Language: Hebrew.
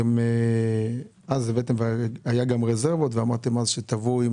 שנה שעברה היו גם רזרבות ואמרתם שתבואו עם